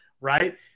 right